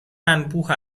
انبوه